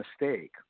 mistake